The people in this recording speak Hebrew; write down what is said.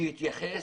שיתייחסו